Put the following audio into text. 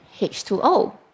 H2O